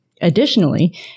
Additionally